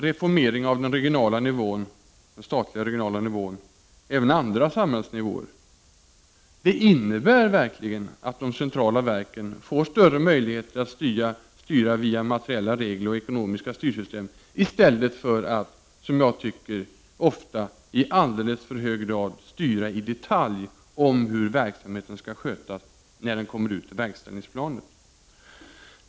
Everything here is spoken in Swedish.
Reformeringen av den statliga regionala nivån påverkar ju även andra samhällsnivåer. Det innebär verkligen att de centrala verken får större möjligheter att styra via materiella regler och ekonomiska styrsystem, i stället för att ofta i alldeles för hög grad i detalj styra hur verksamheten skall skötas när den kommer ut på verksamhetsplanet.